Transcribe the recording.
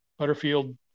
Butterfield